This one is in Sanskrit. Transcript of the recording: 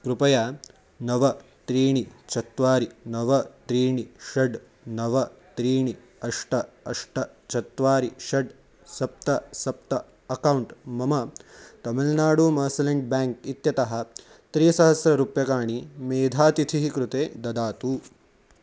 कृपया नव त्रीणि चत्वारि नव त्रीणि षट् नव त्रीणि अष्ट अष्ट चत्वारि षट् सप्त सप्त अकौण्ट् मम तमिल्नाडु मर्सलेण्ड् बेङ्क् इत्यतः त्रिसहस्ररूप्यकाणि मेधातिथिः कृते ददातु